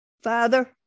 Father